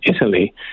Italy